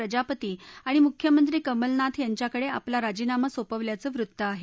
प्रजापती आणि मुख्यमंत्री कमलनाथ यांच्याकडे आपला राजीनामा सोपवल्याचं वृत्त आहे